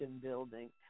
building